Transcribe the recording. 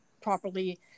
properly